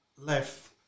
left